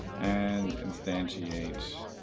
and instantiate